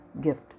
gift